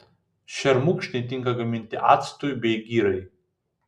šermukšniai tinka gaminti actui bei girai